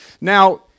Now